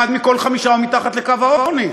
אחד מכל חמישה הוא מתחת לקו העוני.